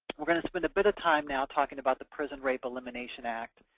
we're going to spend a bit of time now talking about the prison rape elimination act.